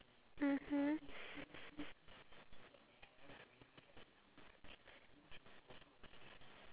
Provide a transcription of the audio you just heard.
that's what makes him so successful you know because in terms of business or in terms of life